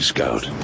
Scout